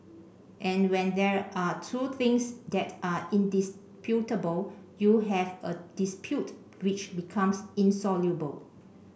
and when there are two things that are indisputable you have a dispute which becomes insoluble